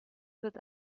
wird